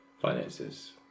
finances